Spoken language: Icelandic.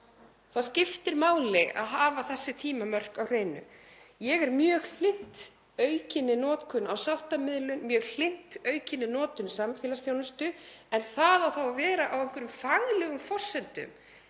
Það skiptir máli að hafa þessi tímamörk á hreinu. Ég er mjög hlynnt aukinni notkun á sáttamiðlun, mjög hlynnt aukinni notkun samfélagsþjónustu. En það á þá að vera á einhverjum faglegum forsendum